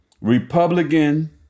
Republican